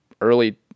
early